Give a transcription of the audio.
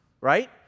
right